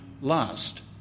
last